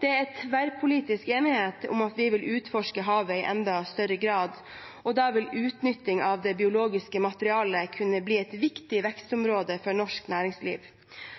Det er tverrpolitisk enighet om at vi vil utforske havet i enda større grad, og da vil utnytting av det biologiske materialet kunne bli et viktig vekstområde for norsk næringsliv.